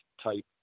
type